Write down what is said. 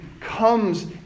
comes